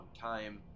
time